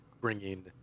bringing